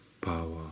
power